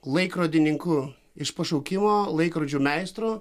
laikrodininku iš pašaukimo laikrodžių meistru